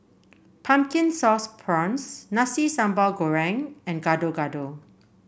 Pumpkin Sauce Prawns Nasi Sambal Goreng and Gado Gado